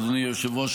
אדוני היושב-ראש,